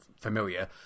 familiar